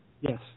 Yes